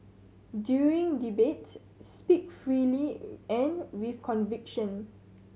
during debates speak freely and with conviction